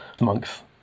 monks